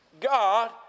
God